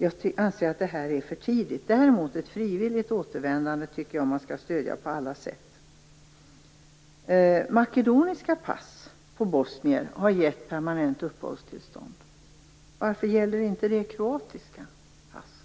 Jag anser att det här är för tidigt. Ett frivilligt återvändande tycker jag däremot att man skall stödja på alla sätt. Bosnier med makedoniska pass har fått permanenta uppehållstillstånd. Varför gäller inte det bosnier med kroatiska pass?